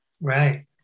Right